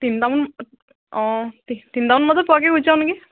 তিনিটামান অঁ তিনিটামান বজাত পোৱাকৈ গুছি যাওঁ নেকি